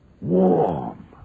warm